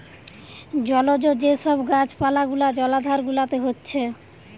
জলজ যে সব গাছ পালা গুলা জলাধার গুলাতে হচ্ছে